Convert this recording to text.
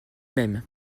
même